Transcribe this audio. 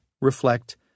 reflect